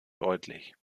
deutlich